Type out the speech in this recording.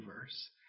verse